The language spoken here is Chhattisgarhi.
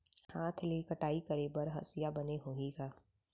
हाथ ले कटाई करे बर हसिया बने होही का?